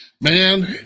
Man